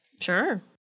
Sure